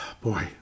Boy